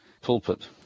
pulpit